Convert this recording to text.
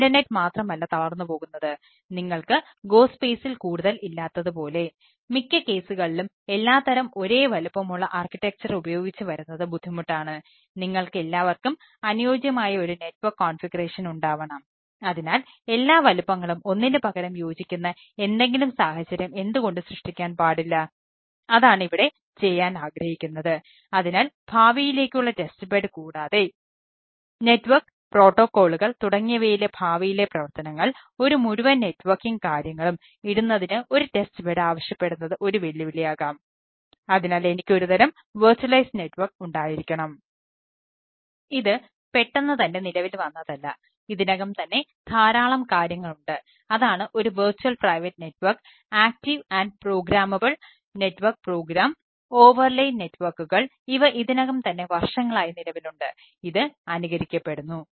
ഇത് പെട്ടെന്നുതന്നെ നിലവിൽ വന്നതല്ല ഇതിനകം തന്നെ ധാരാളം കാര്യങ്ങൾ ഉണ്ട് അതാണ് ഒരു വെർച്വൽ പ്രൈവറ്റ് നെറ്റ്വർക്ക് ഇവ ഇതിനകം തന്നെ വർഷങ്ങളായി നിലവിലുണ്ട് ഇത് അനുകരിക്കപ്പെടുന്നു